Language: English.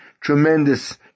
tremendous